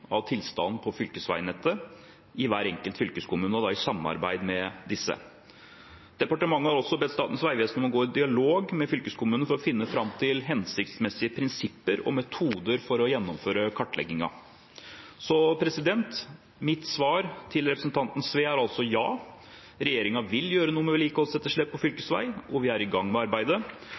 av tilstanden på fylkesveinettet i hver enkelt fylkeskommune, og da i samarbeid med disse. Departementet har også bedt Statens vegvesen om å gå i dialog med fylkeskommunen for å finne fram til hensiktsmessige prinsipper og metoder for å gjennomføre kartleggingen. Så mitt svar til representanten Sve er: Ja, regjeringen vil gjøre noe med vedlikeholdsetterslepet på fylkesveier, og vi er i gang med arbeidet.